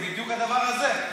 זה בדיוק הדבר הזה.